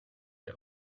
der